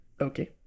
Okay